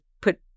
put